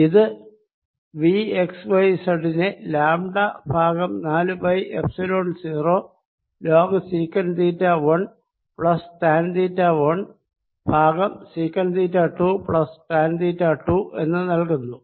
ഇത് V x yz നെ lambda ഭാഗം നാലു pi epsilon 0 log sec theta 1 plus tan theta 1 ഭാഗം sec theta 2 plus tan theta 2 എന്ന് നൽകുന്നു